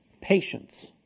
Patience